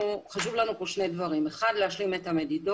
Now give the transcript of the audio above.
חשוב לנו פה שני דברים, האחד, להשלים את המדידות.